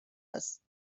است